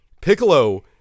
Piccolo